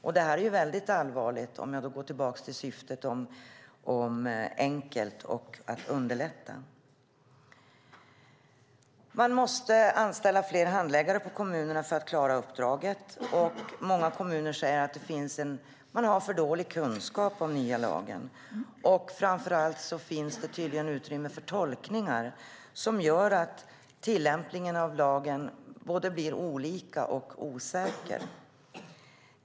Och det är väldigt allvarligt, om jag går tillbaka till syftet, att det ska vara enkelt och underlätta. Man måste anställa fler handläggare på kommunerna för att klara uppdraget. Många kommuner säger att de har för dålig kunskap om nya lagen. Framför allt finns det tydligen utrymme för tolkningar som gör att tillämpningen av lagen blir både olika och osäker.